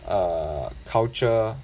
err culture